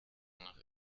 nach